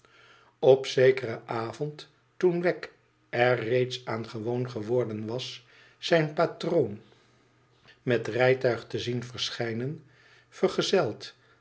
op zekeren avond toen wegg er reeds aan gewoon geworden was zijn patroon met rijtuig te zien verschijnen vergezeld